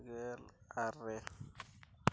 ᱢᱤᱫ ᱜᱮᱞ ᱟᱨᱮ